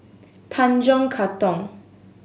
Tanjong Katong